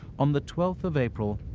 on the twelfth of april,